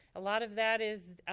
a lot of that is,